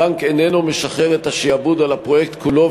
הבנק איננו משחרר את השעבוד על הפרויקט כולו,